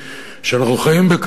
אפילו הייתי אומר: פוסט-תאצ'ריסטי,